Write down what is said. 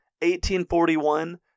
1841